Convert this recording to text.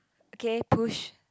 okay push